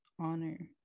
honor